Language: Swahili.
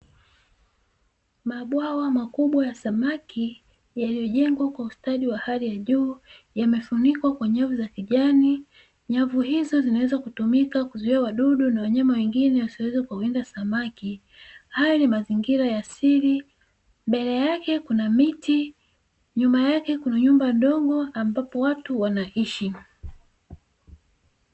Mabwawa makubwa ya samaki yaliyojengwa kwa ustadi wa hali ya juu yamefunikwa kwa nyavu za kijani, nyavu hizo zinaweza kutumika kuzuia wadudu na wanyama wengine wasiweze kuwawinda samaki haya ni mazingira ya asili, mbele yake kuna miti nyuma yake kuna nyumba ndogo ambapo watu wanaishi.